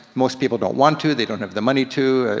most people don't want to, they don't have the money to,